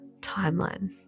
timeline